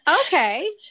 okay